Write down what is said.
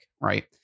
Right